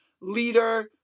leader